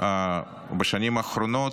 בשנים האחרונות.